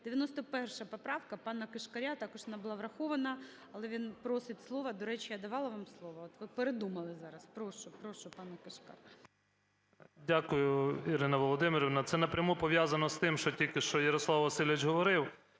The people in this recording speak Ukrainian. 91 поправка пана Кишкаря, також вона була врахована. Але він просить слово. До речі, я давала вам слово, от ви передумали зараз. Прошу, прошу, пане Кишкар. 17:32:50 КИШКАР П.М. Дякую, Ірина Володимирівна. Це напряму пов'язано з тим, що тільки що Ярослав Васильович говорив.